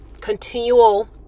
continual